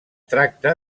tracta